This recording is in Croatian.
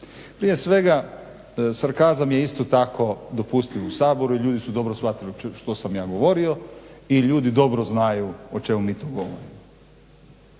Prije svega sarkazam je isto tako dopustiv je u Saboru i ljudi su dobro shvatili što sam ja govorio, i ljudi dobro znaju o čemu mi tu govorimo.